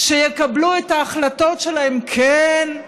שיקבלו את ההחלטות שלהן, כן,